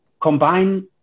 combine